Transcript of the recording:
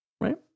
right